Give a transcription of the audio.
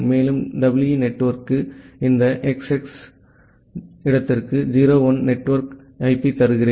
மேலும் EE நெட்வொர்க்கிற்கு இந்த எக்ஸ்எக்ஸ் குறிப்பு நேரம் 1843 இடத்திற்கு 0 1 நெட்வொர்க் ஐபி தருகிறேன்